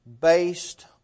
based